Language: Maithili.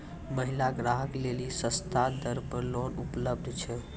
महिला ग्राहक लेली सस्ता दर पर लोन उपलब्ध छै?